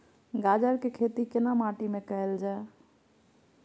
गाजर के खेती केना माटी में कैल जाए?